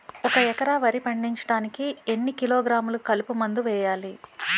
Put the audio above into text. ఒక ఎకర వరి పండించటానికి ఎన్ని కిలోగ్రాములు కలుపు మందు వేయాలి?